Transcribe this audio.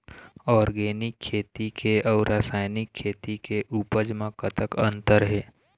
Organic खेती के अउ रासायनिक खेती के उपज म कतक अंतर हे?